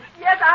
Yes